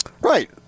Right